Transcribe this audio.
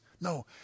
No